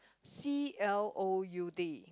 C L O U D